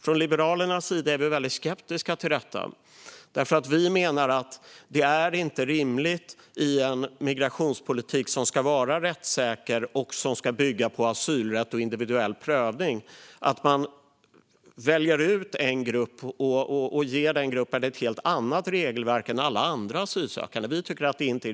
Från Liberalernas sida är vi väldigt skeptiska till detta. Vi menar att det inte är rimligt i en migrationspolitik som ska vara rättssäker och bygga på asylrätt och individuell prövning att man väljer ut en grupp och ger den gruppen ett helt annat regelverk än alla andra asylgrupper.